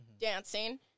dancing